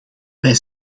wij